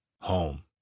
Home